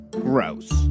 gross